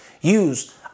use